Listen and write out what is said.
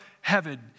heaven